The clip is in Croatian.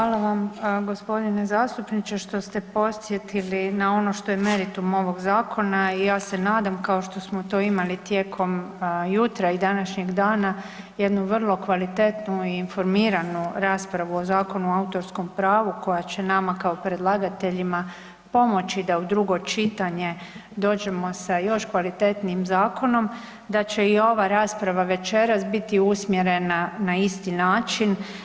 Hvala vam g. zastupniče što ste podsjetili na ono što je meritum ovog zakona i ja se nadam kao što smo to imali tijekom jutra i današnjeg dana jednu vrlo kvalitetnu i informiranu raspravu o Zakonu o autorskom pravu koja će nama kao predlagateljima pomoći da u drugo čitanje dođemo sa još kvalitetnijim zakonom, da će i ova rasprava večeras biti usmjerena na isti način.